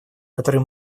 которые